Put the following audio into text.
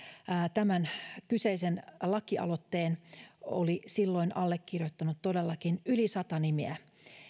tämän kyseisen lakialoitteen oli silloin allekirjoittanut todellakin yli sata nimeä